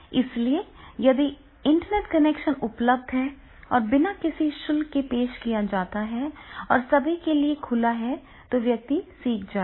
इसलिए यदि internet connection उपलब्ध है और बिना किसी शुल्क के पेश किया जाता है और सभी के लिए खुला है तो व्यक्ति सीख जाएगा